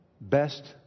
Best